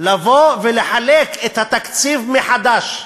לבוא ולחלק את התקציב מחדש.